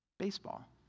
baseball